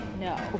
No